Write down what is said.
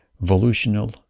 volitional